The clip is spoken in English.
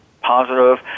positive